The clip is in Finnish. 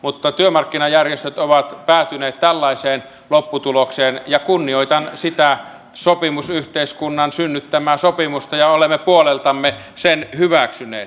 mutta työmarkkinajärjestöt ovat päätyneet tällaiseen lopputulokseen ja kunnioitan sitä sopimusyhteiskunnan synnyttämää sopimusta ja olemme puoleltamme sen hyväksyneet